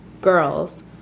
girls